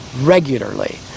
regularly